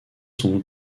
sont